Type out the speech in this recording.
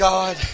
God